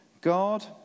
God